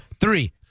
Three